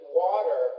water